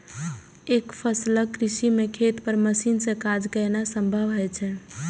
एकफसला कृषि मे खेत पर मशीन सं काज केनाय संभव होइ छै